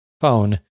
phone